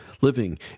living